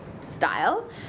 style